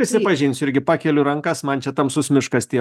prisipažinsiu irgi pakeliu rankas man čia tamsus miškas tie